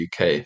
UK